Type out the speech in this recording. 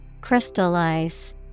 Crystallize